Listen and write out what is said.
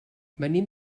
venim